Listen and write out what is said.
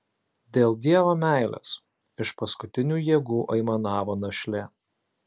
dėl dievo meilės iš paskutinių jėgų aimanavo našlė